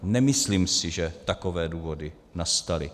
Nemyslím si, že takové důvody nastaly.